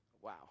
wow